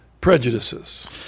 prejudices